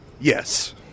Yes